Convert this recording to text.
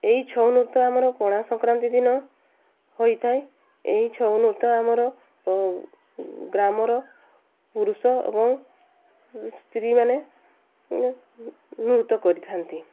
ଏହି ଛଉ ନୃତ୍ୟ ଆମର ପଣା ସଂକ୍ରାନ୍ତି ଦିନ ହୋଇଥାଏ ଏହି ଛଉ ନୃତ୍ୟ ଆମର ଗ୍ରାମର ପୁରୁଷ ଏବଂ ସ୍ତ୍ରୀମାନେ ନୃତ୍ୟ କରିଥାନ୍ତି